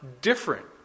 different